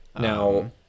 Now